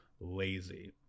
lazy